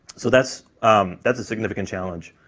so that's that's a significant challenge.